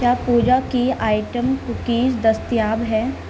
کیا پوجا کی item cookies دستیاب ہے